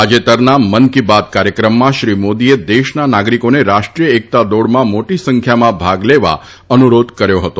તાજેતરના મન કી બાત કાર્યક્રમમાં શ્રી મોદીએ દેશના નાગરીકોને રાષ્ટ્રીય એકતા દોડમાં મોટી સંખ્યામાં ભાગ લેવા અનુરોધ કર્યો હતો